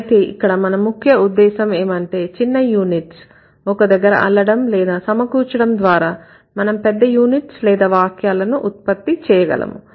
అయితే ఇక్కడ మన ముఖ్య ఉద్దేశం ఏమంటే చిన్న యూనిట్స్ ఒక దగ్గర అల్లడం లేదా సమకూర్చడం ద్వారా మనం పెద్ద యూనిట్స్ లేదా వాక్యాలను ఉత్పత్తి చేయగలము